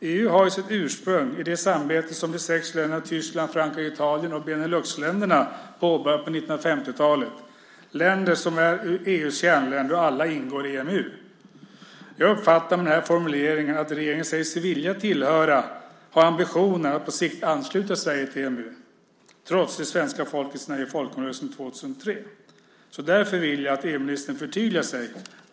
EU har sitt ursprung i det samarbete som de sex länderna Tyskland, Frankrike, Italien och Beneluxländerna påbörjade på 1950-talet. Det är länder som är EU:s kärnländer, och alla ingår i EMU. Jag uppfattar den här formuleringen så att regeringen säger sig vilja tillhöra och har ambitionen att på sikt ansluta Sverige till EMU - trots det svenska folkets nej i folkomröstningen 2003. Därför vill jag att EU-ministern förtydligar sig.